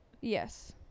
Yes